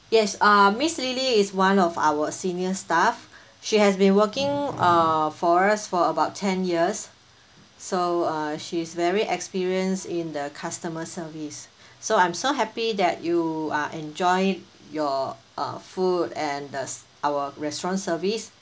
yes ah miss lily is one of our senior staff she has been working uh for us for about ten years so uh she's very experienced in the customer service so I'm so happy that you are enjoyed your uh food and thus our restaurant service